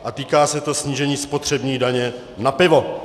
A týká se to snížení spotřební daně na pivo.